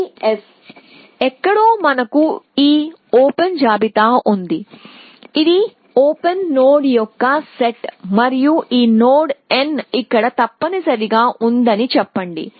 ఇది S ఎక్కడో మనకు ఈ ఓపెన్ జాబితా ఉంది ఇది ఓపెన్ నోడ్ యొక్క సెట్ మరియు ఈ నోడ్ n ఇక్కడ తప్పనిసరిగా ఉందని చెప్పండి